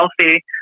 healthy